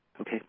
Okay